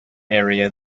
area